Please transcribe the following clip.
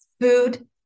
food